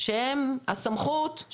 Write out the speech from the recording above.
שהם הסמכות,